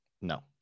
no